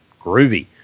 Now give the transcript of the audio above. groovy